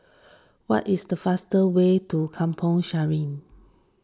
what is the fastest way to Kampong Sireh